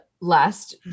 last